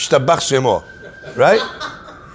Right